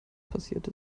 passiert